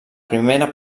primera